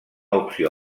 opció